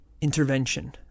intervention